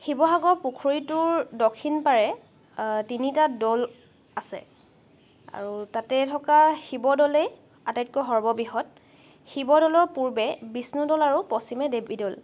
শিৱসাগৰ পুখুৰীটোৰ দক্ষিণ পাৰে তিনিটা দৌল আছে আৰু তাতে থকা শিৱদৌলে আটাইতকৈ সৰ্ববৃহৎ শিৱদৌলৰ পূৰ্বে বিষ্ণুদৌল আৰু পশ্চিমে দেৱীদৌল